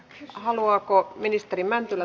kiina haluaako ministeri mäntylä